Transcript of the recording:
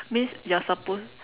means you're suppose